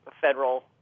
federal